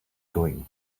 going